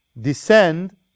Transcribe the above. descend